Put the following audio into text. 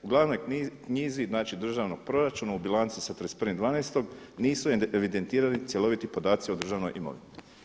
U glavnoj knjizi, znači državnog proračuna u bilanci sa 31.12. nisu evidentirani cjeloviti podaci o državnoj imovini.